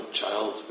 child